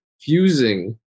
fusing